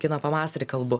kino pavasarį kalbu